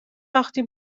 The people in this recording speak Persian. وقتی